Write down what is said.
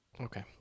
Okay